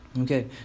Okay